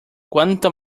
cuanto